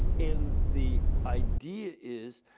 and the idea is,